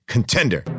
Contender